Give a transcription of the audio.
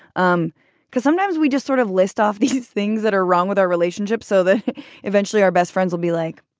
um because sometimes we just sort of list off these things that are wrong with our relationship so that eventually our best friend will be like,